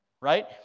Right